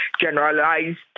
generalized